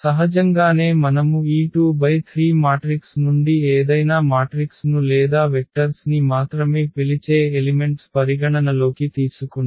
సహజంగానే మనము ఈ 2×3 మాట్రిక్స్ నుండి ఏదైనా మాట్రిక్స్ ను లేదా వెక్టర్స్ ని మాత్రమే పిలిచే ఎలిమెంట్స్ పరిగణనలోకి తీసుకుంటే